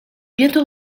bientôt